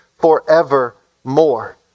forevermore